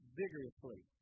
vigorously